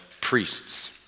priests